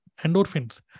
Endorphins